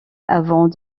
avant